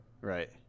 right